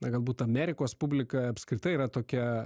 na galbūt amerikos publika apskritai yra tokia